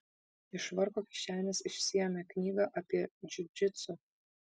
iš švarko kišenės išsiėmė knygą apie džiudžitsu